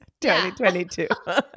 2022